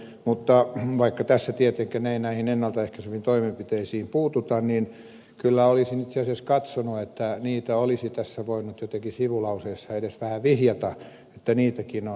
mutta vaikka tässä tietenkään ei näihin ennalta ehkäiseviin toimenpiteisiin puututa niin kyllä olisin itse asiassa katsonut että niihin olisi tässä voinut jotenkin sivulauseessa edes vähän vihjata että niitäkin on